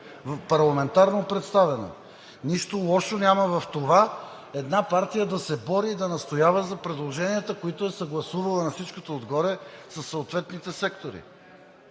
парламентарно представена. Нищо лошо няма в това една партия да се бори и да настоява за предложенията, които е съгласувала на всичкото отгоре със съответните сектори.